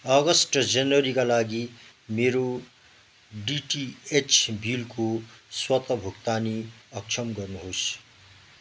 अगस्त र जनवरीका लागि मेरो डिटिएच बिलको स्वत भुक्तानी अक्षम गर्नुहोस्